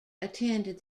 attended